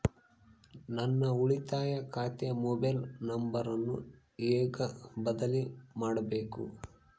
ನನ್ನ ಉಳಿತಾಯ ಖಾತೆ ಮೊಬೈಲ್ ನಂಬರನ್ನು ಹೆಂಗ ಬದಲಿ ಮಾಡಬೇಕು?